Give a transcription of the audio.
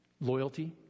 loyalty